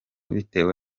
bitewe